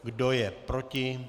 Kdo je proti?